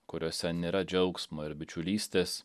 kuriuose nėra džiaugsmo ir bičiulystės